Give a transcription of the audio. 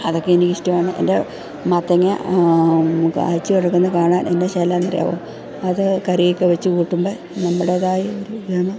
അതൊക്കെ എനിക്കിഷ്ടമാണ് എൻ്റെ മത്തങ്ങ കായ്ച്ചു കിടക്കുന്ന കാണാനെന്നാ ശേലാണെന്നറിയാമോ അത് കറിയൊക്കെ വെച്ചു കൂട്ടുമ്പോൾ നമ്മുടേതായൊരു ഗമ